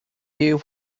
you